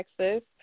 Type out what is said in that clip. Texas